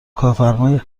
کارفرمای